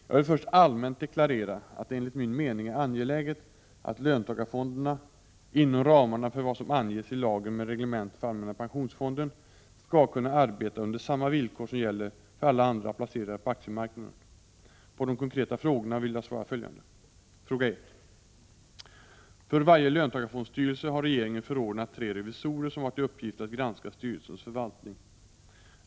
Jag vill först allmänt deklarera att det enligt min mening är angeläget att löntagarfonderna, inom ramarna för vad som anges i lagen med reglemente för allmänna pensionsfonden, skall kunna arbeta under samma villkor som gäller för alla andra placerare på aktiemarknaden. På de konkreta frågorna vill jag svara följande. Fråga 1: För varje löntagarfondsstyrelse har regeringen förordnat tre revisorer, som har till uppgift att granska styrelsens förvaltning.